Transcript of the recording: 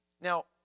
Now